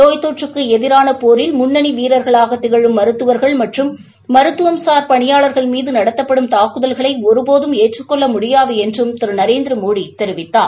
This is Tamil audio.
நோய் தொற்றுக்கு எதிரான போரில் முன்னணி வீரர்களாக திகழும் மருத்துவர்கள் மற்றும் மருத்துவம்சார் பணியாளர்கள் மீது நடத்தப்படும் தாக்குதல்களை ஒருபோதும் ஏற்றக் கொள்ள முடியாது என்றும் திரு நரேந்திரமோடி தெரிவித்தார்